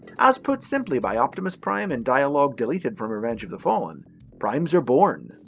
as put simply by optimus prime in dialogue deleted from revenge of the fallen primes are born,